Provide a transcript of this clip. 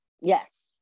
yes